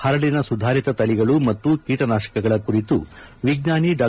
ಹರಳನ ಸುಧಾರಿತ ತಳಿಗಳು ಹಾಗೂ ಕೀಟನಾಶಕಗಳ ಕುರಿತು ವಿಜ್ವಾನಿ ಡಾ